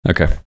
Okay